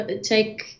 take